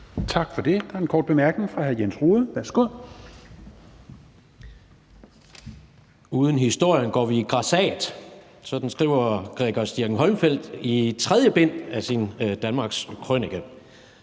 Tak for det. Der er en kort bemærkning fra hr. Jens Rohde. Værsgo. Kl. 11:18 Jens Rohde (KD): Uden historien går vi grassat. Sådan skriver Gregers Dirckinck-Holmfeld i tredje bind af sin danmarkskrønike.